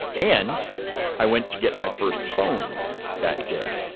and i went to get my first phone that day.